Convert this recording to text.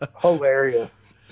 hilarious